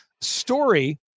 story